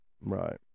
Right